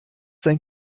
sein